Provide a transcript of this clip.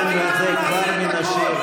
הבנו את זה כבר מן השיר.